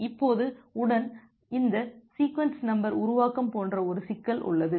இப்போது உடன் இந்த சீக்வென்ஸ் நம்பர் உருவாக்கம் போன்ற ஒரு சிக்கல் உள்ளது